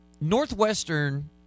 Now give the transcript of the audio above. Northwestern